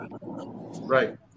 Right